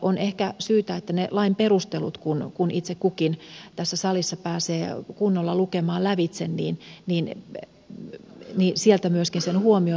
on ehkä syytä että kun itse kukin tässä salissa pääsee ne lain perustelut kunnolla lukemaan lävitse sieltä sen huomioivat